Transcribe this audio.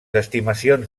estimacions